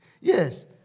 Yes